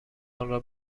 آنرا